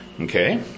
okay